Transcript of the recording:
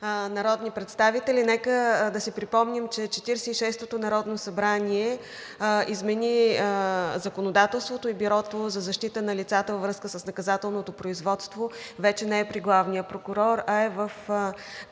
народни представители! Нека да си припомним, че Четиридесет и шестото народно събрание измени законодателството и Бюрото за защита на лицата във връзка с наказателното производство вече не е при главния прокурор, а е към